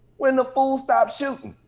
when the fools stop shooting.